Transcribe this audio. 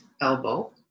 elbow